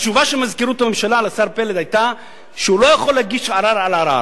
התשובה של מזכירות הממשלה לשר פלד היתה שהוא לא יכול להגיש ערר על ערר.